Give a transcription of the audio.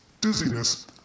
dizziness